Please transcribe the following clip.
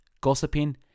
gossiping